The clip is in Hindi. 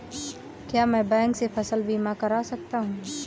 क्या मैं बैंक से फसल बीमा करा सकता हूँ?